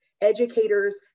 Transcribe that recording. educators